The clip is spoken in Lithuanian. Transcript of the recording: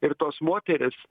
ir tos moterys